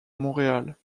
montréal